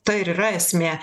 ta ir yra esmė